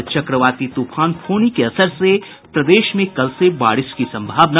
और चक्रवाती तूफान फोनी के असर से प्रदेश में कल से बारिश की संभावना